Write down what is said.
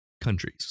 countries